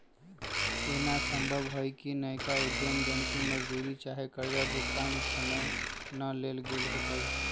एना संभव हइ कि नयका उद्यम जन के मजदूरी चाहे कर्जा भुगतान समय न देल गेल होतइ